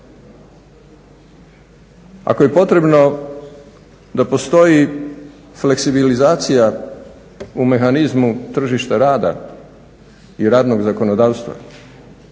Ako je potrebno da postoji fleksibilizacija u mehanizmu tržištu rada i radnog zakonodavstva